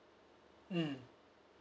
mm